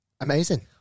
amazing